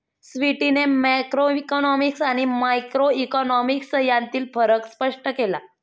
स्वीटीने मॅक्रोइकॉनॉमिक्स आणि मायक्रोइकॉनॉमिक्स यांतील फरक स्पष्ट केला